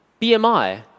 BMI